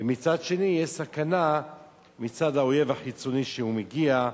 מצד שני יש סכנה מצד האויב החיצוני שמגיע.